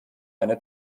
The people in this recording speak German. eine